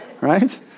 right